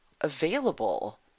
available